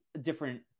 different